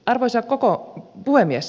arvoisa puhemies